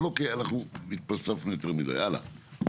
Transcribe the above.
אבל אוקיי, אנחנו התפלספנו יותר מידי, הלאה.